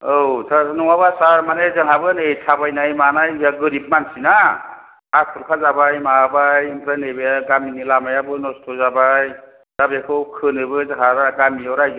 औ सार नङाबा सार माने जोंहाबो नै थाबायनाय मानाय जोंहा गोरिब मानसि ना हा खुरखाजाबाय माबाबाय ओमफ्राय नैबे गामिनि लामायाबो नस्थ' जाबाय दा बेखौ खोनोबो जोंहा गामियाव रायजो